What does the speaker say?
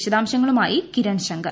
വിശദാംശങ്ങളുമായി കിരൺശങ്കർ